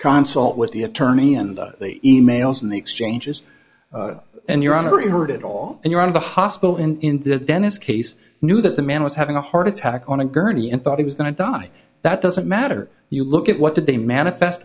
consulate with the attorney and the e mails and the exchanges and your honor heard it all and you're out of the hospital in the dentist case knew that the man was having a heart attack on a gurney and thought he was going to die that doesn't matter you look at what did they manifest